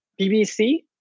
BBC